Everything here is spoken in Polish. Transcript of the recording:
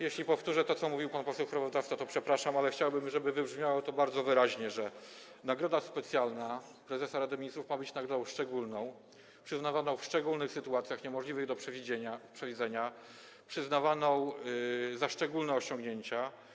Jeśli powtórzę to, co mówił pan poseł sprawozdawca, to przepraszam, ale chciałbym, żeby wybrzmiało to bardzo wyraźnie, że nagroda specjalna prezesa Rady Ministrów ma być nagrodą szczególną, przyznawaną w szczególnych sytuacjach niemożliwych do przewidzenia, przyznawaną za szczególne osiągnięcia.